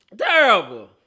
terrible